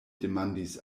demandis